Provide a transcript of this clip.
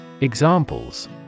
Examples